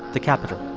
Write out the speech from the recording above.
the capital.